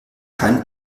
kein